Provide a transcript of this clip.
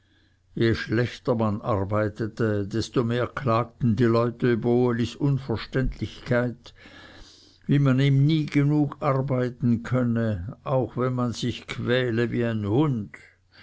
je schlechter man arbeitete desto mehr klagten die leute über ulis unverständigkeit wie man ihm nie genug arbeiten könne auch wenn man sich quäle wie ein hund